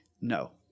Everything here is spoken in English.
No